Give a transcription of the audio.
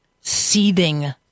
seething